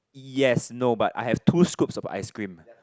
yes no but I have two scoops of ice cream